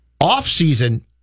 offseason